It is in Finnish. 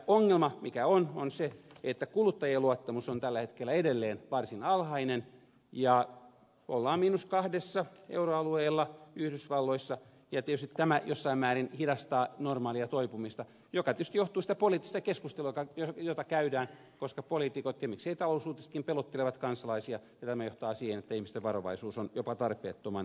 ongelma on se että kuluttajien luottamus on tällä hetkellä edelleen varsin alhainen ja ollaan miinus kahdessa euroalueella ja yhdysvalloissa ja tietysti tämä jossain määrin hidastaa normaalia toipumista mikä tietysti johtuu siitä poliittisesta keskustelusta jota käydään koska poliitikot ja miksei talousuutisetkin pelottelevat kansalaisia ja tämä johtaa siihen että ihmisten varovaisuus on jopa tarpeettoman suurta